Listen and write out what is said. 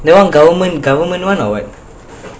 government one or what